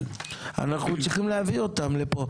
אנחנו צריכים להביא אותן לפה.